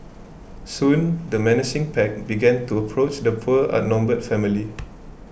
soon the menacing pack began to approach the poor outnumbered family